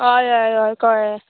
हय हय हय कळें